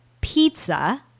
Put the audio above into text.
pizza